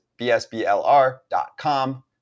BSBLR.com